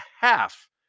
half